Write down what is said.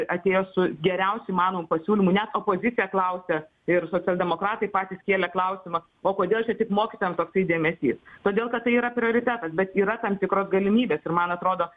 atėjo su geriausiu įmanomu pasiūlymu net opozicija klausia ir socialdemokratai patys kėlė klausimą o kodėl čia tik mokytojams toksai dėmesys todėl kad tai yra prioritetas bet yra tam tikros galimybės ir man atrodo